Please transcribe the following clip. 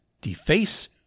deface